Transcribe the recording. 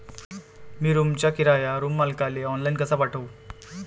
मी रूमचा किराया रूम मालकाले ऑनलाईन कसा पाठवू?